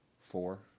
four